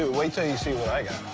ah wait till you see what i got.